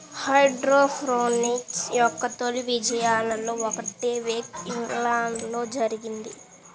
hydroponics యొక్క తొలి విజయాలలో ఒకటి వేక్ ఐలాండ్లో జరిగింది